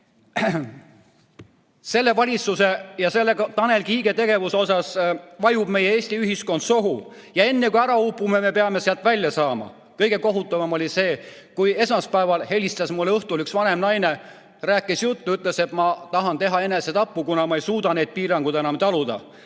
Selle valitsuse ja Tanel Kiige tegevuse tõttu vajub meie Eesti ühiskond sohu. Enne kui ära upume, me peame sealt välja saama. Kõige kohutavam oli see, kui esmaspäeva õhtul helistas mulle üks vanem naine, rääkis juttu ja ütles, et ta tahab teha enesetapu, kuna ta ei suuda neid piiranguid enam taluda.